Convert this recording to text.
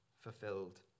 fulfilled